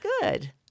good